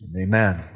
Amen